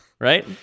right